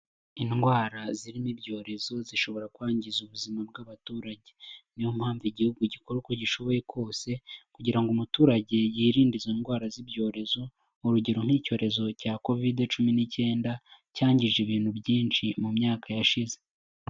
Indwara zirimo ibyorezo zishobora kwangiza ubuzima bw'abaturage; ni yo mpamvu igihugu gikora uko gishoboye kose kugira ngo umuturage yirinde izo ndwara z'ibyorezo. urugero nk'icyorezo cya Kovide cumi n'ikenda cyangize ibintu byinshi mu mwaka yashize.